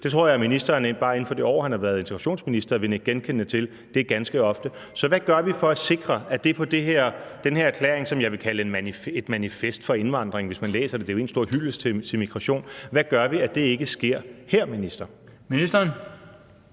Det tror jeg at ministeren bare inden for det år, han har været integrationsminister, vil nikke genkendende til er ganske ofte. Så hvad gør vi for at sikre, at det i forhold til den her erklæring, som jeg vil kalde et manifest for indvandringen – hvis man læser det, er det jo én stor hyldest til migration – ikke sker, minister? Kl.